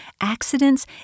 accidents